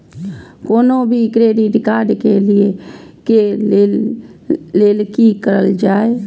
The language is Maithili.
कोनो भी क्रेडिट कार्ड लिए के लेल की करल जाय?